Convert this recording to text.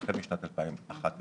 את כל הדברים מסביב נברר אחר כך,